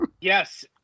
Yes